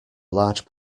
large